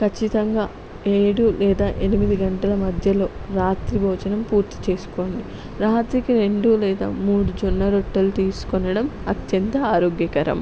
కచ్చితంగా ఏడు లేదా ఎనిమిది గంటల మధ్యలో రాత్రి భోజనం పూర్తి చేసుకోండి రాత్రికి రెండు లేదా మూడు జొన్న రొట్టెలు తీసుకొనడం అత్యంత ఆరోగ్యకరం